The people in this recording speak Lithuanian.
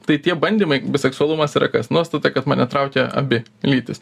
tai tie bandymai biseksualumas yra kas nuostata kad mane traukia abi lytys